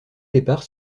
départ